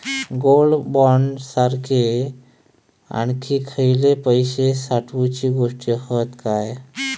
Gold bond सारखे आणखी खयले पैशे साठवूचे गोष्टी हत काय?